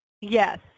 yes